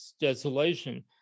desolation